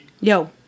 Yo